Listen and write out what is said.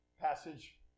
passage